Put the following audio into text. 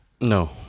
No